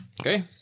Okay